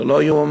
זה לא ייאמן.